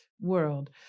world